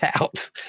out